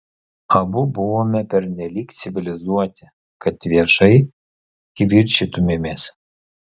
abu buvome pernelyg civilizuoti kad viešai kivirčytumėmės